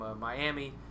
Miami